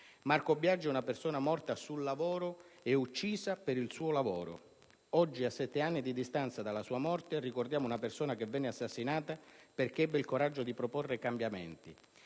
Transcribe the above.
Marco Biagi è una persona morta sul lavoro e uccisa per il suo lavoro. Oggi, a sette anni di distanza dalla sua morte, ricordiamo una persona che venne assassinata perché ebbe il coraggio di proporre cambiamenti.